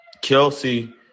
Kelsey